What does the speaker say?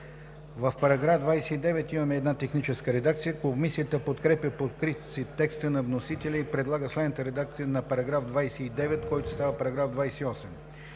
В § 29 имаме една техническа редакция. Комисията подкрепя по принцип текста на вносителя и предлага следната редакция на § 29, който става § 28: „§ 28.